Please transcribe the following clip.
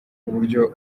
buryo